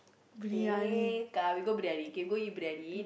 Tekka we go briyani we can go eat briyani